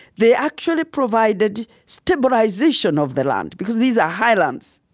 they actually provided stabilization of the land, because these are highlands.